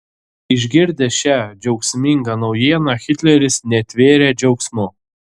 išgirdęs šią džiaugsmingą naujieną hitleris netvėrė džiaugsmu